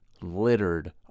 littered